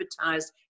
advertised